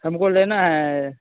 हमको लेना है